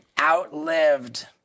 outlived